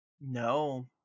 no